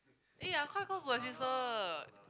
eh I'm quite close to my sister